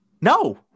No